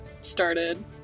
started